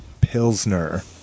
Pilsner